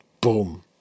boom